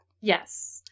Yes